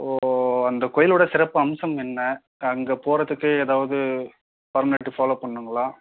so அந்த கோயிலோடய சிறப்பு அம்சம் என்ன அங்கே போகிறதுக்கு ஏதாவது பார்மாலிட்டி ஃபாலோ பண்ணுங்களா